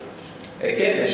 כן,